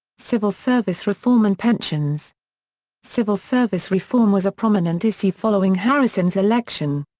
civil service reform and pensions civil service reform was a prominent issue following harrison's election.